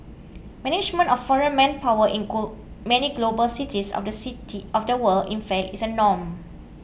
management of foreign manpower in goal many global cities of the city of the world in fact is a norm